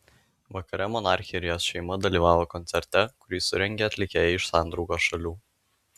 vakare monarchė ir jos šeima dalyvavo koncerte kurį surengė atlikėjai iš sandraugos šalių